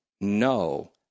no